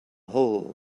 hole